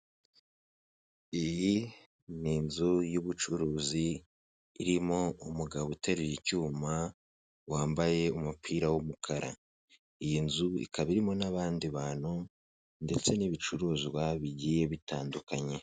Iyi ni inzu y'ubucuruzi, irimo umugabo uteruye icyuma wambaye umupira w'umukara, iyi nzu ikaba irimo n'abandi bantu ndetse n'ibicuruzwa bigiye bitandukanye.